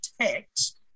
text